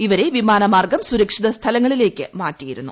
ഇവരെ വിമാന്മാർഗ്ം സുരക്ഷിത സ്ഥലങ്ങളിലേയ്ക്ക് മാറ്റിയിരുന്നു